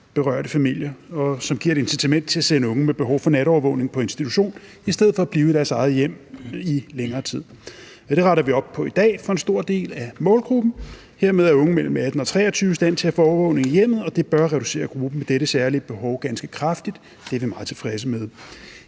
berørte familier, og som giver et incitament til at sende unge med behov for natovervågning på institution, i stedet for at de kan blive i deres eget hjem i længere tid. Men det retter vi op på i dag for en stor del af målgruppens vedkommende. Hermed er unge mellem 18 og 23 i stand til at få overvågning i hjemmet, og det bør reducere gruppen med dette særlige behov ganske kraftigt, og det er vi meget tilfredse med.